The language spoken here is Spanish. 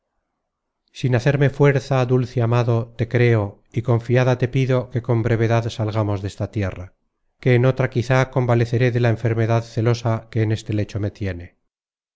sin hacerme fuerza dulce amado te creo y confiada te pido que con brevedad salgamos desta tierra que en otra quizá convaleceré de la enfermedad celosa que en este lecho me tiene